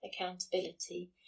accountability